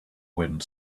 wind